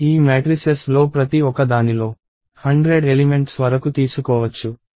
ఈ మ్యాట్రిసెస్ లో ప్రతి ఒక దానిలో 100 ఎలిమెంట్స్ వరకు తీసుకోవచ్చు